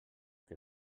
que